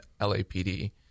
LAPD